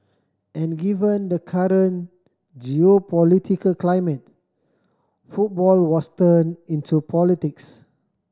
and given the current geopolitical climate football was turned into politics